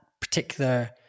particular